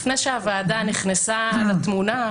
לפני שהוועדה נכנסה לתמונה,